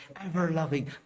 ever-loving